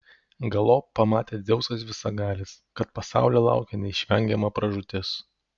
galop pamatė dzeusas visagalis kad pasaulio laukia neišvengiama pražūtis